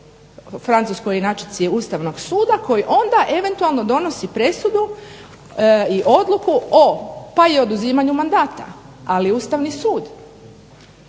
francuskoj inačici Ustavnog suda koji onda eventualno donosi presudu i odluku pa i o oduzimanju mandata, ali Ustavni sud.